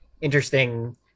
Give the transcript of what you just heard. interesting